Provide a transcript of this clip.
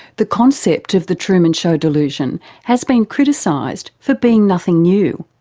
the concept of the truman show delusion has been criticised for being nothing new.